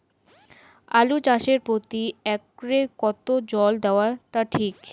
আলু চাষে প্রতি একরে কতো জল দেওয়া টা ঠিক?